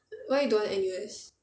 why you don't want N_U_S